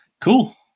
cool